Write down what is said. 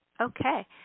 okay